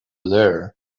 there